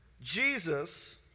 Jesus